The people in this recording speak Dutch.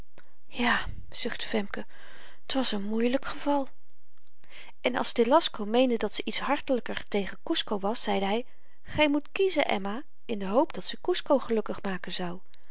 ja zuchtte femke t was een moeielyk geval en als telasco meende dat ze iets hartelyker tegen kusco was zeide hy gy moet kiezen emma in de hoop dat ze kusco gelukkig maken zou